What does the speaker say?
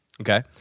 okay